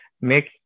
make